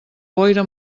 boira